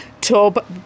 tub